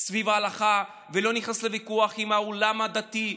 סביב ההלכה ולא נכנס לוויכוח עם העולם הדתי,